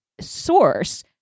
source